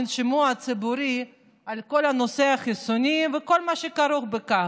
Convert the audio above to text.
מין שימוע ציבורי על כל נושא חיסונים וכל מה שכרוך בכך.